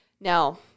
Now